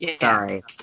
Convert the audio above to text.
Sorry